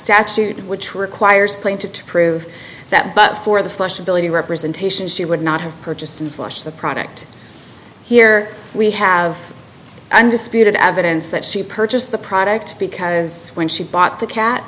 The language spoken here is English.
statute which requires playing to to prove that but for the flush ability representations she would not have purchased and flushed the product here we have i'm disputed evidence that she purchased the product because when she bought the cat